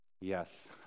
Yes